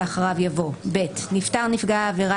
ואחריו יבוא: "(ב) נפטר נפגע עבירה,